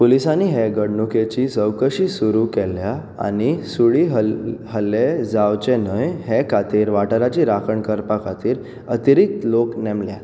पुलिसांनी हे घडणुकेची चवकशी सुरू केल्या आनी सुरी हल्ले जावचे न्हय हे खातीर वाठाराची राखण करपा खातीर अतिरिक्त लोक नेमल्यात